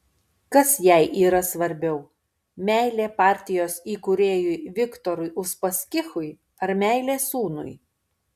kas jai yra svarbiau meilė partijos įkūrėjui viktorui uspaskichui ar meilė sūnui